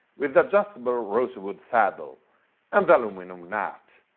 with adjustable rosewood saddle and aluminum nut.